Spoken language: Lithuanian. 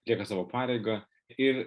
atlieka savo pareigą ir